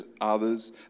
others